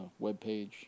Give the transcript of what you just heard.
webpage